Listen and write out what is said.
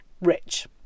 rich